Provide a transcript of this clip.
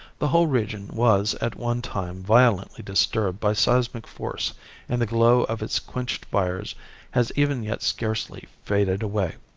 the whole region was at one time violently disturbed by seismic force and the glow of its quenched fires has even yet scarcely faded away.